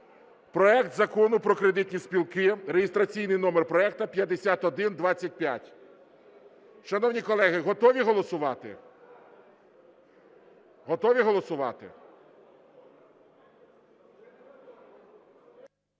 проект Закону про кредитні спілки (реєстраційний номер проекту 5125). Шановні колеги, готові голосувати? Готові голосувати?